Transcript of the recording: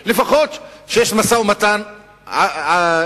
או לפחות שיש משא-ומתן סביבו.